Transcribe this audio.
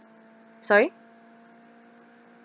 sorry